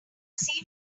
see